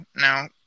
Now